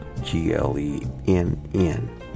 G-L-E-N-N